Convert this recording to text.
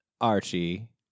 archie